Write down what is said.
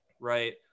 right